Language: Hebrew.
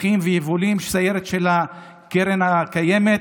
שטחים ויבולים, סיירת של הקרן הקיימת,